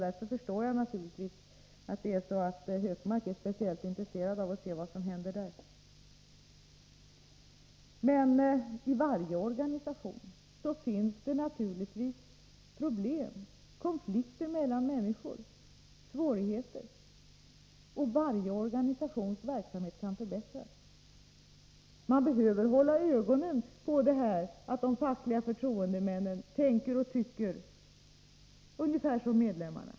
Därför förstår jag att Hökmark är speciellt intresserad av vad som händer där. I varje organisation finns det naturligtvis problem, konflikter mellan människor, svårigheter. Och varje organisations verksamhet kan förbättras. Man behöver hålla ögonen på att de fackliga förtroendemännen tänker och tycker ungefär som medlemmarna.